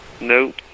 Nope